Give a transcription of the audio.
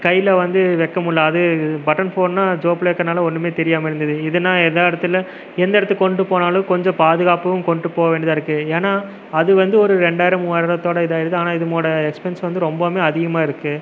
கையில் வந்து வைக்க முடில அது பட்டன் ஃபோன்னா ஜோப்ல இருக்கனால ஒன்றுமே தெரியாமல் இருந்தது இதுனா எல்லா இடத்துல எந்த இடத்துக்கொண்டு போனாலும் கொஞ்சம் பாதுகாப்பும் கொண்டு போக வேண்டியதாக இருக்குது ஏன்னால் அது வந்து ஒரு ரெண்டாயிரம் மூவாயரத்தோடய இதாயிடுது ஆனால் இதுவோட எக்ஸ்பென்ஸ் வந்து ரொம்பவுமே அதிகமாக இருக்குது